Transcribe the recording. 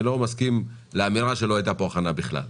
לא מסכים לאמירה שלא הייתה פה הכנה בכלל.